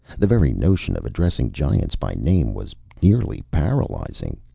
the very notion of addressing giants by name was nearly paralyzing.